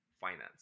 finance